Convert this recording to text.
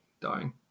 dying